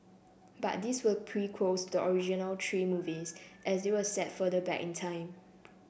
but these were prequels to the original three movies as they were set further back in time